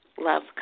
love